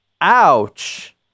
Ouch